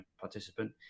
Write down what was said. participant